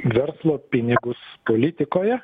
verslo pinigus politikoje